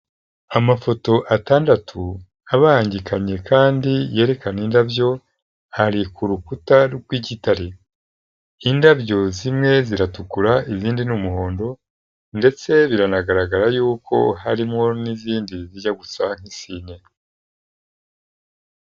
Amafoto atandatu abangikanye kandi yerekana indabyo, hari kurukuta rw'igitare, indabyo zimwe ziratukura izindi n'umuhondo ndetse biranagaragara yuko harimo n'izindi zijya gusa isine.